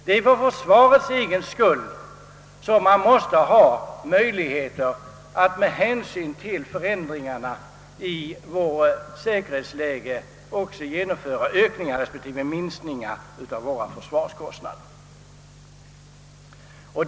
Det är för försvarets egen skull som man måste ha möjligheter att med hänsyn till förändringarna i vårt säkerhetsläge genomföra ökningar respektive minskningar i försvarskostnaderna.